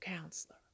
counselor